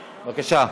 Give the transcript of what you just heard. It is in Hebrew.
בבקשה.